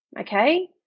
okay